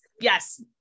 Yes